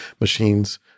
machines